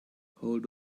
hold